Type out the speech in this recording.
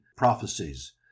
Prophecies